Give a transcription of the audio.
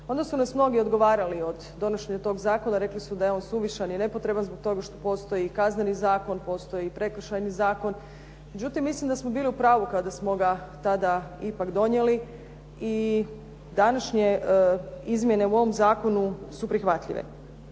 onda su nas mnogi odgovarali od donošenja toga zakona, rekli su da je on suvišan i nepotreban zbog toga što postoji Kazneni zakon, postoji i Prekršajni zakon, međutim, mislim da smo bili u pravu kada smo ga tada ipak donijeli i današnje izmjene u ovom zakonu su prihvatljive.